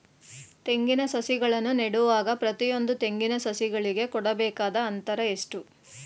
ತೆಂಗಿನ ಸಸಿಗಳನ್ನು ನೆಡುವಾಗ ಪ್ರತಿಯೊಂದು ತೆಂಗಿನ ಸಸಿಗಳಿಗೆ ಕೊಡಬೇಕಾದ ಅಂತರ ಎಷ್ಟು?